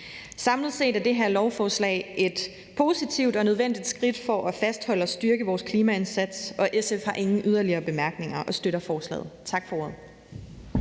Samlet set er det her lovforslag et positivt og nødvendigt skridt for at fastholde og styrke vores klimaindsats, og SF har ingen yderligere bemærkninger og støtter forslaget. Tak for ordet.